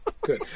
Good